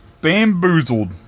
Bamboozled